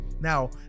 Now